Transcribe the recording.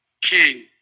King